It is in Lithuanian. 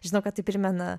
žinau kad tai primena